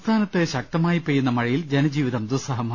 സംസ്ഥാനത്ത് ശക്തമായി പെയ്യുന്ന മഴയിൽ ജനജീവിതം ദുസ്തഹമായി